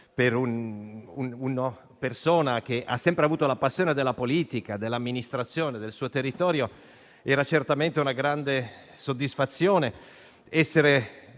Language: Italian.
per una persona che ha sempre avuto la passione della politica e dell'amministrazione del suo territorio, era certamente una grande soddisfazione, così